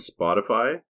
Spotify